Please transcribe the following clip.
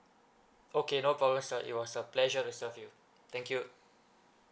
okay no problem sir it was a pleasure to serve you thank you